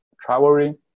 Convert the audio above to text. traveling